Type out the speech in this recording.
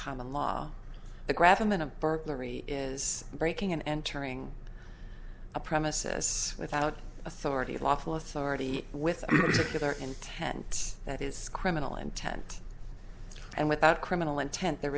common law the graph i'm in a burglary is breaking and entering a premises without authority of lawful authority with secular intent that is criminal intent and without criminal intent there